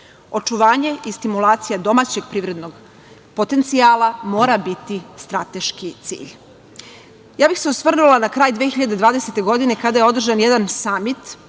Očuvanje i stimulacija domaćeg privrednog potencijala mora biti strateški cilj. Osvrnula bih se na kraj 2020. godine kada je održan jedan samit.